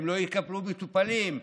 לא יקבלו מטופלים.